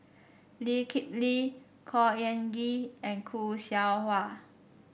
Lee Kip Lee Khor Ean Ghee and Khoo Seow Hwa